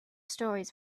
stories